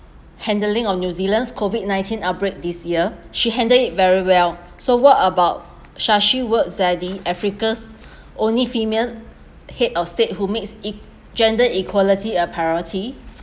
handling of new zealand's COVID nineteen outbreak this year she handled it very well so what about sahle-work zewde africa's only female head of state who makes eq~ gender equality a priority